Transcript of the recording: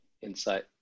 insight